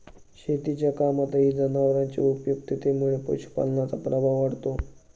शेतीच्या कामातही जनावरांच्या उपयुक्ततेमुळे पशुपालनाचा प्रभाव वाढतो